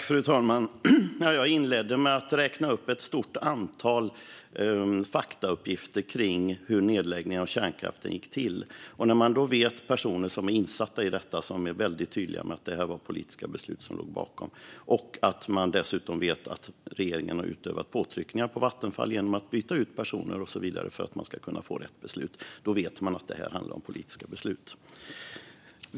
Fru talman! Jag inledde med att räkna upp ett stort antal faktauppgifter om hur nedläggningen av kärnkraften gick till. Personer som är insatta i detta är väldigt tydliga med att det var politiska beslut som låg bakom. Man vet dessutom att regeringen har utövat påtryckningar på Vattenfall genom att byta ut personer och så vidare för att kunna få rätt beslut. Då vet man också att det handlar om politiska beslut.